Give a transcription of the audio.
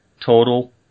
Total